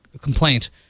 complaint